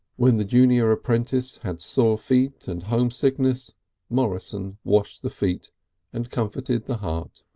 when the junior apprentice had sore feet and homesickness morrison washed the feet and comforted the heart,